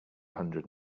hundred